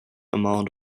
amount